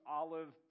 olive